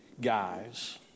guys